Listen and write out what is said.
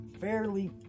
fairly